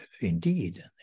indeed